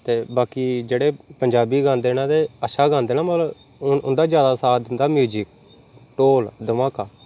ते बाकी जेह्ड़े पंजाबी गांदे ने ते अच्छा गांदे न मगर ऊं उंदा ज्यादा साथ दिंदा म्यूजक ढोल धमाका